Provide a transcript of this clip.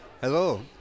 Hello